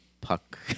puck